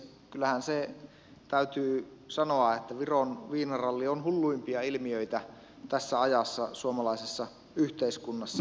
kyllähän se täytyy sanoa että viron viinaralli on hulluimpia ilmiöitä tässä ajassa suomalaisessa yhteiskunnassa